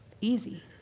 Easy